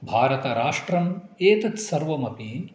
भारतराष्ट्रम् एतत् सर्वमपि